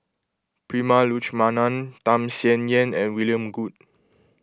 Prema Letchumanan Tham Sien Yen and William Goode